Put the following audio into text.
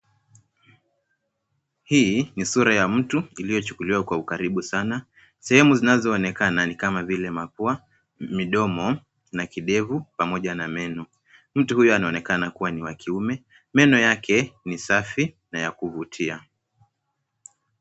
Hii ni sura ya mtu iliochukuliwa kwa ukaribu sana. Sehemu zinzoonekana ni kama vile mapua, mdomo, na kidefu pamoja na meno. Mtu huyo anaonekana ni wa kiume, meno yake ni safi na yakuvutia.